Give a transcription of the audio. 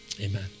Amen